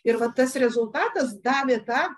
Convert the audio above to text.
ir va tas rezultatas davė tą